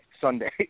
Sunday